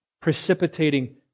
precipitating